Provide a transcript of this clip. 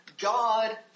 God